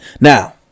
Now